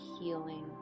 healing